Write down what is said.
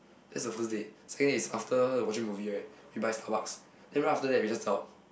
that's the first day second day is after watching movie right we buy Starbucks then we after that we just talk